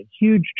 huge